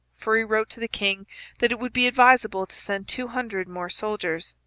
for he wrote to the king that it would be advisable to send two hundred more soldiers.